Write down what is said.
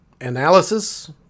analysis